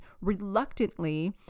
reluctantly